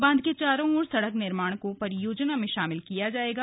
बांध के चारों ओर सड़क निर्माण को परियोजना में शामिल किया जायेगा